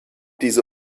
diese